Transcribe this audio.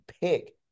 pick